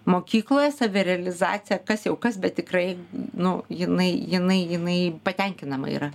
mokykloje savirealizacija kas jau kas bet tikrai nu jinai jinai jinai patenkinama yra